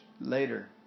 later